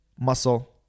muscle